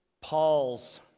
Paul's